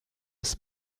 des